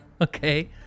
Okay